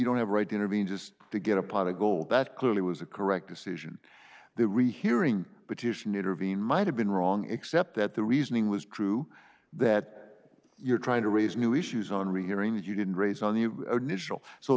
don't have a right to intervene just to get a pot of gold that clearly was a correct decision the rehearing petition intervene might have been wrong except that the reasoning was true that you're trying to raise new issues on rehearing that you didn't raise on